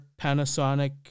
Panasonic